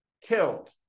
killed